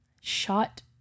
shot